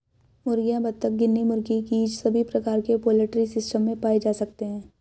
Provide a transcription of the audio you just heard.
मुर्गियां, बत्तख, गिनी मुर्गी, गीज़ सभी प्रकार के पोल्ट्री सिस्टम में पाए जा सकते है